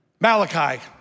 Malachi